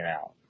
out